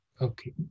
okay